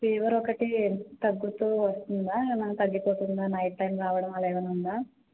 ఫీవరొకటి తగ్గుతూ వస్తుందా ఏమన్నా తగ్గిపోతుందా నైట్ టైం రావడం అలా ఏమన్నా ఉందా